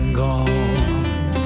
gone